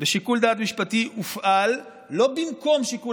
ושיקול דעת משפטי הופעל לא במקום שיקול